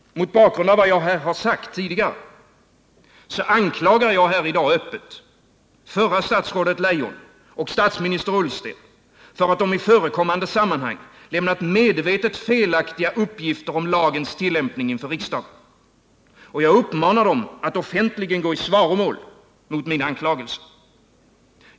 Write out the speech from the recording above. Mot bakgrund av vad jag här har sagt tidigare anklagar jag i dag öppet förra statsrådet Leijon och statsminister Ullsten för att de i förekommande sammanhang lämnat medvetet felaktiga uppgifter om lagens tillämpning inför riksdagen. Jag uppmanar dem att offentligen gå i svaromål mot min anklagelse.